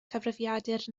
cyfrifiadur